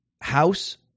house